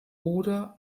oder